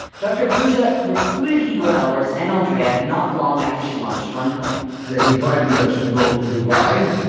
dr. ruja recruited igor alberts and andreea not long after she launched onecoin they invited us to go to dubai.